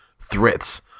threats